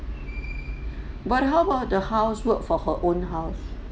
but how about the housework for her own house